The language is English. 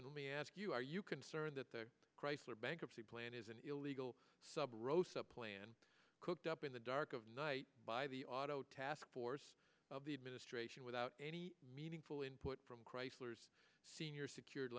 me ask you are you concerned that the chrysler bankruptcy plan is an illegal sub roast a plan cooked up in the dark of night by the auto task of the administration without any meaningful input from chrysler's senior secured